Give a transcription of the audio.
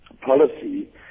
policy